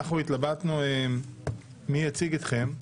התלבטנו מי יציג אתכם,